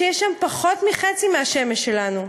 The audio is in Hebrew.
שיש בה פחות מחצי מהשמש שלנו,